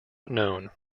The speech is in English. known